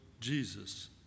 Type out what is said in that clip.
Jesus